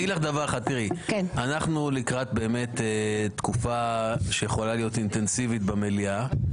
אומר לך כך: אנחנו לקראת תקופה שיכולה להיות אינטנסיבית במליאה.